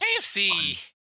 KFC